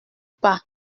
pas